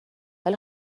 ولی